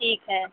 ठीक है